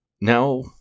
now